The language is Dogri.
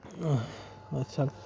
अच्छा